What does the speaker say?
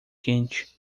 quente